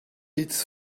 its